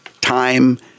time